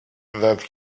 that